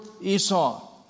Esau